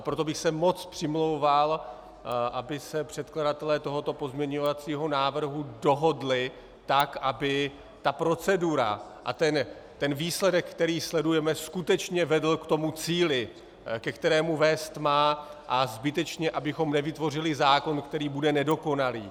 Proto bych se moc přimlouval, aby se předkladatelé tohoto pozměňujícího návrhu dohodli tak, aby ta procedura, výsledek, který sledujeme, skutečně vedl k cíli, ke kterému vést má, a zbytečně abychom nevytvořili zákon, který bude nedokonalý.